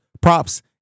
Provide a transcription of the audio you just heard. props